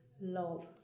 love